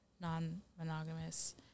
non-monogamous